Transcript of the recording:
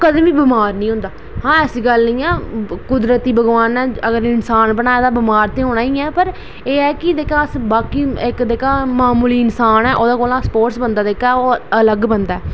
कदें बी बमार निं होंदा हां ऐसी गल्ल निं ऐ कुदरती भगवान नै अगर इन्सान बनाए दा बमार ते होना गै ऐ पर एह् ऐ कि बाकी जेह्का नॉर्मली इन्सान ऐ स्पोर्ट आह्ला ओह्दे कोला ओह् अलग बंदा ऐ